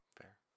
Fair